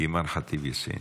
אימאן ח'טיב יאסין.